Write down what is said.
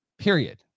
period